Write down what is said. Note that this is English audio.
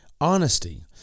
Honesty